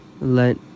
Let